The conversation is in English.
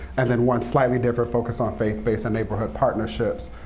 and then one slightly different focused on faith-based and neighborhood partnerships.